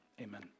Amen